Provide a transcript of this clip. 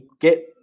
get